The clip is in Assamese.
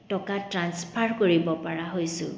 টকা ট্ৰাঞ্চফাৰ কৰিব পৰা হৈছোঁ